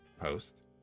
post